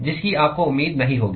जिसकी आपको उम्मीद नहीं होगी